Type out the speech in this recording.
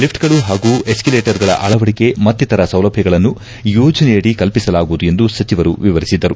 ಲಿಫ್ಪೆಗಳು ಹಾಗೂ ಎಸ್ನೀಲೇಟರ್ಗಳ ಅಳವಡಿಕೆ ಮತ್ತಿತರ ಸೌಲಭ್ಯಗಳನ್ನು ಯೋಜನೆಯಡಿ ಕಲ್ಪಸಲಾಗುವುದು ಎಂದು ಸಚಿವರು ವಿವರಿಸಿದರು